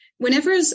Whenever